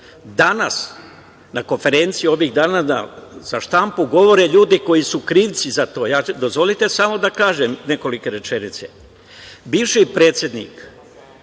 Danas na konferencijama za štampu govore ljudi koji su krivci za to. dozvolite samo da kažem nekolike rečenice. Bivši predsednik